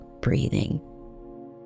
breathing